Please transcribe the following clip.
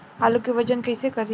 आलू के वजन कैसे करी?